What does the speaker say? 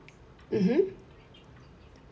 mmhmm